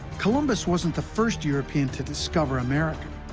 columbus wasn't the first european to discover america.